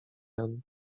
jan